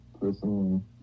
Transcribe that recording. personally